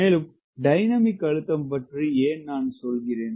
மேலும் டைனமிக் அழுத்தம் பற்றி ஏன் நான் சொல்கிறேன்